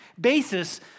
basis